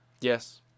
Yes